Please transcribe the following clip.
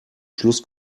schluss